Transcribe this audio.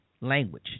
language